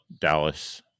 Dallas